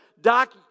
Doc